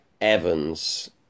Evans